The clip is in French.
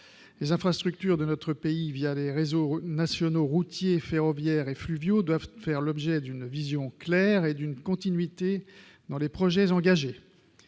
Les infrastructures de notre pays- les réseaux nationaux routiers, ferroviaires et fluviaux -doivent faire l'objet d'une vision claire, et les projets engagés